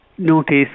notice